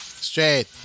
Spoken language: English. straight